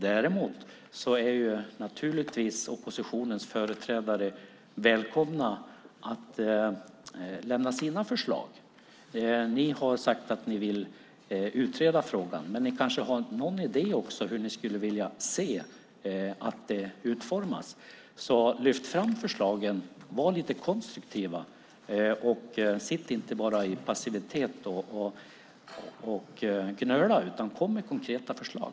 Däremot är oppositionens företrädare naturligtvis välkomna att lämna sina förslag. Ni har sagt att ni vill utreda frågan, men ni kanske också har någon idé om hur ni skulle vilja se att det utformas. Lyft fram förslagen! Var lite konstruktiva! Sitt inte bara i passivitet och gnöla, utan kom med konkreta förslag!